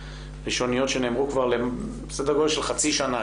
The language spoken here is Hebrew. ראשוניות שנאמרו כבר בסדר גודל של חצי שנה,